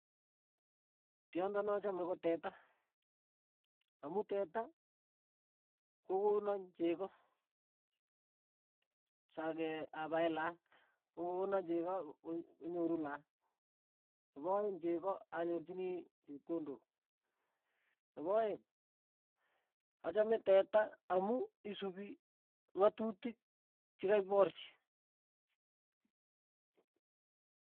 Petut nachame ko krismas, amu krismas ko petu nepaipachini ingweny komukul, ako petut nekipwati siket eng' siket ap cheiso.